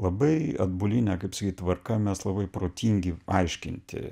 labai atbuline kaip sakyt tvarka mes labai protingi aiškinti